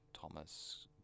Thomas